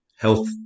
Health